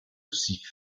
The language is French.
destructeurs